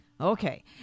Okay